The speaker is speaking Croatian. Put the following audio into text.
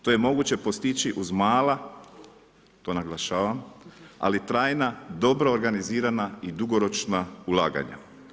To je moguće postići uz mala, to naglašavam, ali trajna dobro organizirana i dugoročna ulaganja.